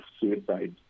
suicide